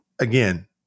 again